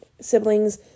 siblings